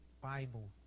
Bible